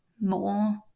more